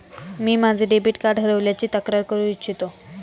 मी माझे debit card हरवल्याची तक्रार करू इच्छितो